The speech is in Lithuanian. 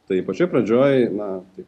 tai pačioj pradžioj na tai